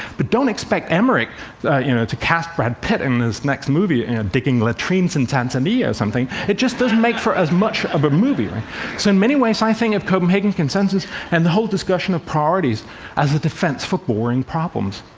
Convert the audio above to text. but don't expect emmerich you know to cast brad pitt in his next movie and digging latrines in tanzania or something. it just doesn't make for as much of a but movie. and so in many ways, i think of the copenhagen consensus and the whole discussion of priorities as a defense for boring problems.